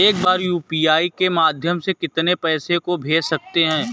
एक बार में यू.पी.आई के माध्यम से कितने पैसे को भेज सकते हैं?